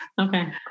Okay